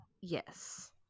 Yes